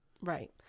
Right